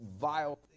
vile